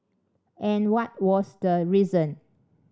and what was the reason